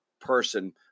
person